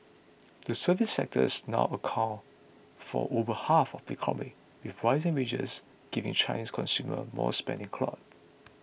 the services sectors now accounts for over half of the economy with rising wages giving Chinese consumer more spending clout